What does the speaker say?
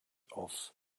auf